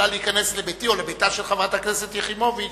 האם ועד כמה היא יכולה להיכנס לביתי או לביתה של חברת הכנסת יחימוביץ